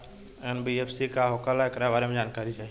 NBFC का होला ऐकरा बारे मे जानकारी चाही?